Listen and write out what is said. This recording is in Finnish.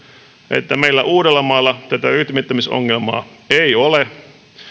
että meillä uudellamaalla tätä rytmittämisongelmaa ei ole